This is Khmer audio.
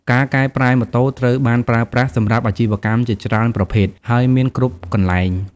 ការកែប្រែម៉ូតូត្រូវបានប្រើប្រាស់សម្រាប់អាជីវកម្មជាច្រើនប្រភេទ ហើយមានគ្រប់កន្លែង។